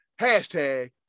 hashtag